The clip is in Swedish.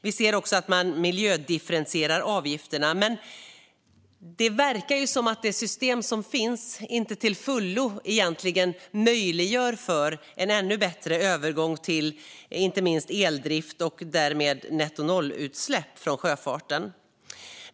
Vi ser också att man miljödifferentierar avgifterna. Men det verkar som att det system som finns inte till fullo egentligen möjliggör för en ännu bättre övergång till inte minst eldrift och därmed nettonollutsläpp från sjöfarten.